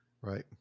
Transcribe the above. Right